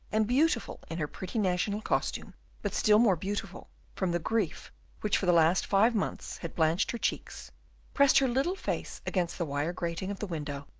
and beautiful in her pretty national costume but still more beautiful from the grief which for the last five months had blanched her cheeks pressed her little face against the wire grating of the window,